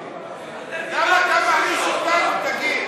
למה?